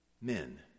men